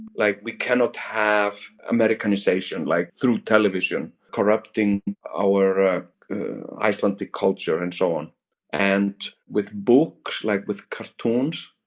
like we cannot have americanization like through television corrupting our ah icelandic culture and so on. and with books, like with cartoons.